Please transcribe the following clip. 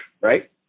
right